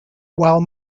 while